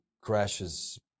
crashes